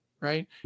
right